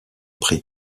prix